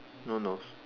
no no